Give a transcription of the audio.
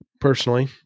personally